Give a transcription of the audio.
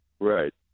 Right